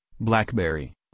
BlackBerry